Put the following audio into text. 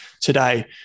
today